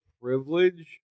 privilege